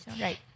right